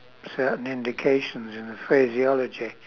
certain indications in the phraseology